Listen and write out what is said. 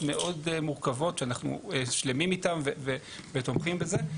מאוד מורכבות ואנחנו שלמים איתם ותומכים בזה.